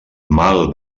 mal